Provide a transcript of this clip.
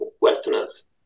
Westerners